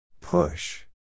Push